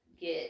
get